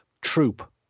troop